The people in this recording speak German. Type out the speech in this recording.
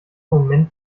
moment